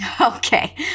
Okay